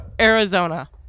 Arizona